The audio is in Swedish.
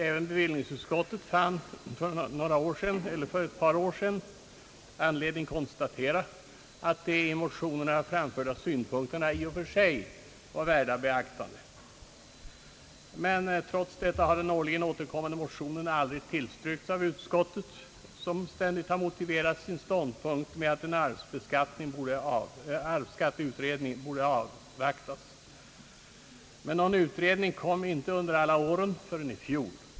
Även bevillningsutskottet fann för ett par år sedan anledning konstatera, att de i motionerna framförda synpunkterna i och för sig var värda beaktande. Men trots detta har den årligen återkommande motionen aldrig tillstyrkts av utskottet, som ständigt har motiverat sin ståndpunkt med att en arvsskatteutredning borde avvaktas. Men någon utredning kom inte under alla åren — inte förrän i fjol.